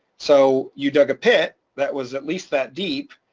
so you dug a pit that was at least that deep,